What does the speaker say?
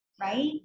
right